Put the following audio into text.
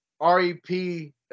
REP